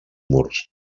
murs